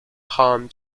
harm